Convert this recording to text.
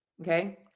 okay